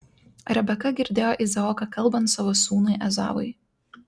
rebeka girdėjo izaoką kalbant savo sūnui ezavui